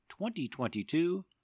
2022